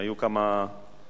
היו כמה דיונים,